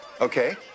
okay